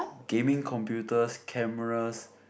gaming computers cameras